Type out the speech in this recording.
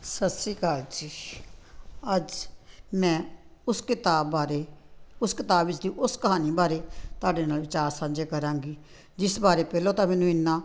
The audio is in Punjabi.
ਸਤਿ ਸ਼੍ਰੀ ਅਕਾਲ ਜੀ ਅੱਜ ਮੈਂ ਉਸ ਕਿਤਾਬ ਬਾਰੇ ਉਸ ਕਿਤਾਬ ਵਿਚਲੀ ਉਸ ਕਹਾਣੀ ਬਾਰੇ ਤੁਹਾਡੇ ਨਾਲ ਵਿਚਾਰ ਸਾਂਝੇ ਕਰਾਂਗੀ ਜਿਸ ਬਾਰੇ ਪਹਿਲਾਂ ਤਾਂ ਮੈਨੂੰ ਇੰਨਾਂ